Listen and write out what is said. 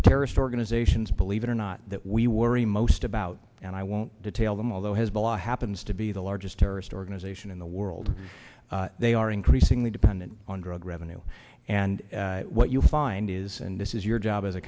the terrorist organizations believe it or not that we worry most about and i won't detail them although hezbollah happens to be the largest terrorist organization in the world they are increasingly dependent on drug revenue and what you find is and this is your job as a